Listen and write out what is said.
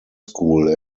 school